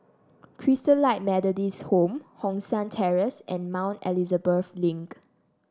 Christalite Methodist Home Hong San Terrace and Mount Elizabeth Link